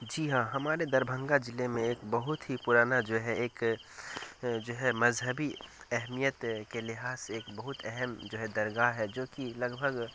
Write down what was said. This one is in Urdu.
جی ہاں ہمارے دربھنگہ ضلعے میں ایک بہت ہی پرانا جو ہے ایک جو ہے مذہبی اہمیت کے لحاظ سے ایک بہت اہم جو ہے درگاہ ہے جوکہ لگ بھگ